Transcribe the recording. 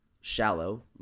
Shallow